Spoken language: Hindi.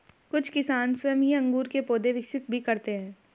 कुछ किसान स्वयं ही अंगूर के पौधे विकसित भी करते हैं